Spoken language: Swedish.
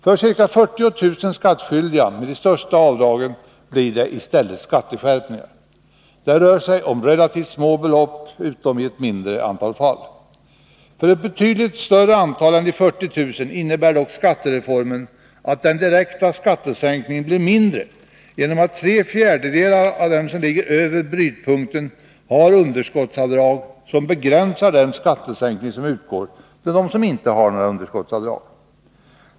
För ca 40 000 skattskyldiga med de största avdragen blir det i stället skatteskärpningar. Det rör sig om relativt små belopp utom i ett mindre antal fall. För ett betydligt större antal än de 40 000 innebär dock skattereformen att den direkta skattesänkningen blir mindre genom att tre fjärdedelar av dem som ligger över brytpunkten har underskottsavdrag som begränsar den skattesänkning som utgår till dem som inte har några underskottsavdrag.